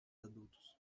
adultos